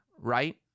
right